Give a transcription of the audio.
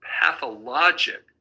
pathologic